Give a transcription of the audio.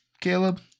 Caleb